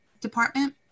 department